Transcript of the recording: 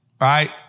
right